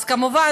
כמובן,